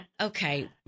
Okay